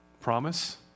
promise